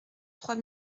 trois